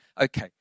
Okay